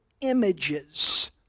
images